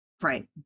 Right